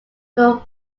but